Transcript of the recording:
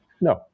No